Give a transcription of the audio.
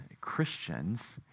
Christians